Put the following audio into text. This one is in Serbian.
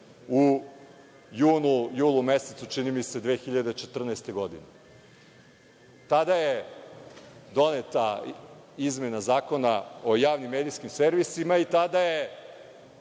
u junu mesecu 2014. godine. Tada je doneta izmena Zakona o javnim medijskim servisima i tada je